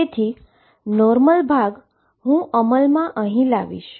તેથી નોર્મલ ભાગ હું અમલમાં અહી લાવીશ